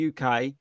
uk